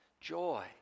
joy